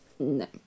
No